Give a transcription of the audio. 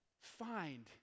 find